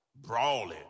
brawling